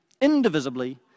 indivisibly